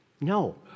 No